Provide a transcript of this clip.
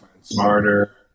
smarter